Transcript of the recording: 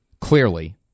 clearly